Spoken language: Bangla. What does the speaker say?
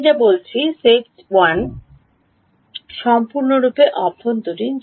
আমি যা বলছি সেটটিতে 1 সম্পূর্ণরূপে অভ্যন্তরীণ